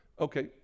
okay